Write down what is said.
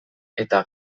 eta